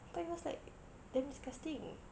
but it was like damn disgusting